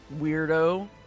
weirdo